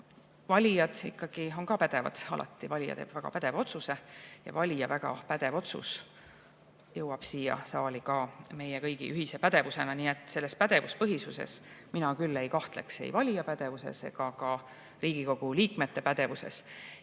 Valijad on alati pädevad, valija teeb väga pädeva otsuse. Valija väga pädev otsus jõuab siia saali ka meie kõigi ühise pädevusena. Nii et selles pädevuspõhisuses mina küll ei kahtleks – ei valija pädevuses ega ka Riigikogu liikmete pädevuses.